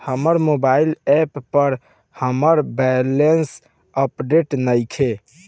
हमर mobile app पर हमर बैलेंस अपडेट नइखे